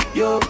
yo